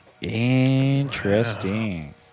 interesting